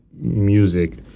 music